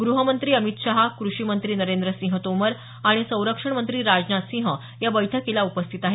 ग्रहमंत्री अमित शहा कृषी मंत्री नरेंद्र सिंह तोमर आणि संरक्षण मंत्री राजनाथ सिंह या बैठकीला उपस्थित आहेत